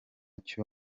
cyo